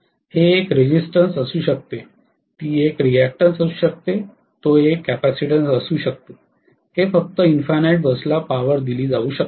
हे एक रेझिस्टन्स असू शकते ती एक रिअॅक्टन्स असू शकते ती एक कॅपेसिटन्स असू शकते हे फक्त इन्फिनिटी बस ला शक्ती दिली जाऊ शकते